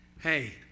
Hey